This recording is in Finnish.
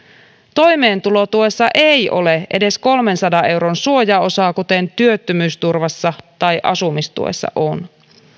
toimeentulotuessa ei ole edes kolmensadan euron suojaosaa kuten työttömyysturvassa tai asumistuessa on